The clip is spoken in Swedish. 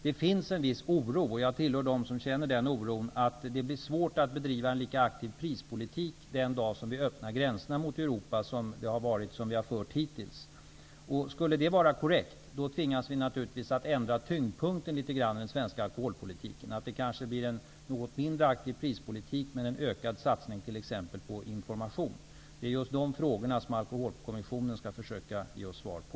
Det finns en viss oro, och jag tillhör dem som känner den oron, att det blir svårt att bedriva en lika aktiv prispolitik den dag som vi öppnar de gränser som vi hittills har haft mot Europa. Skulle det vara korrekt, tvingas vi naturligtvis att litet grand ändra tyngdpunkten i den svenska alkoholpolitiken. Det blir kanske en något mindre aktiv prispolitik, men en ökad satsning på t.ex. information. Det är just de frågorna som alkoholkommissionen skall försöka ge oss svar på.